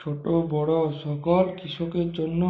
ছোটো বড়ো সকল কৃষকের জন্য?